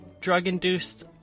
drug-induced